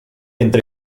entre